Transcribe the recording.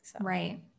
Right